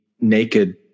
naked